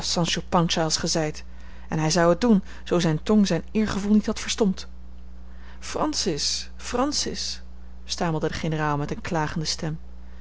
gij zijt en hij zou het doen zoo zijn tong zijn eergevoel niet had verstompt francis francis stamelde de generaal met eene klagende stem